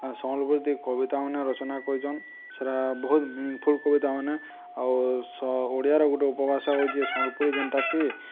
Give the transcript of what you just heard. ସମ୍ବଲପୁରୀ ଦ କବିତାମାନେ ରଚନା କରିଛନ୍ ସେଟା ବହୁତ ମିିନିଙ୍ଗଫୁଲ କବିତାମାନେ ଆଉ ଓଡ଼ିଆର ଗୋଟେ ଉପଭାଷା ହେଉଛି ସମ୍ବଲପୁରୀ ଯେନ୍ଟାକି